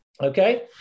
Okay